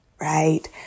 right